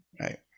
right